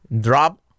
drop